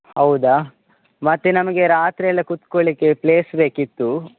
ಹೌದಾ ಮತ್ತೆ ನಮಗೆ ರಾತ್ರಿಯೆಲ್ಲ ಕುತ್ಕೋಳ್ಳಿಕ್ಕೆ ಪ್ಲೇಸ್ ಬೇಕಿತ್ತು